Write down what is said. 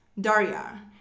Daria